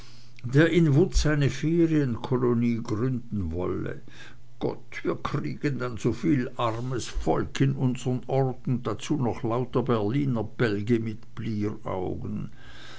der in wutz eine ferienkolonie gründen wolle gott wir kriegen dann soviel armes volk in unsern ort und noch dazu lauter berliner bälge mit